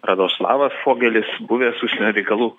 radoslavas fogelis buvęs užsienio reikalų